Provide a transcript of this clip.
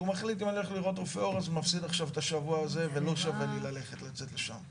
מפסיד את השבוע ולא שווה לצאת בשביל זה.